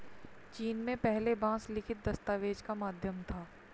चीन में पहले बांस लिखित दस्तावेज का माध्यम था